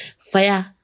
fire